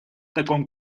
таком